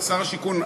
שר השיכון,